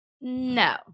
No